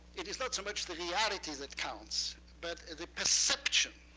it is not so much the reality that counts, but the perception.